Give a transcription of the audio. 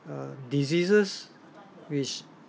uh diseases which